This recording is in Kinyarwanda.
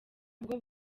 bwo